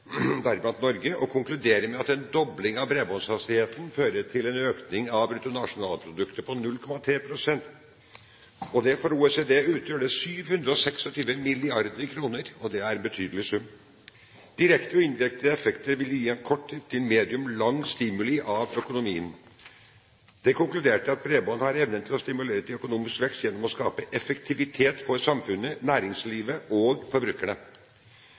deriblant Norge, og konkluderer med at en dobling av bredbåndshastigheten vil føre til en økning av bruttonasjonalproduktet på 0,3 pst. For OECD-landene vil det utgjøre 726 mrd. kr – og det er en betydelig sum. Direkte og indirekte effekter ville gi kort til medium lang stimuli av økonomien. Man konkluderte med at bredbånd har evnen til å stimulere til økonomisk vekst gjennom å skape effektivitet for samfunnet, næringslivet og forbrukerne.